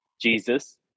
Jesus